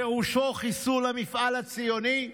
פירושו חיסול המפעל הציוני?